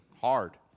hard